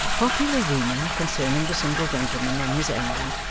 popular rumour concerning the single gentleman and his errand,